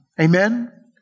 Amen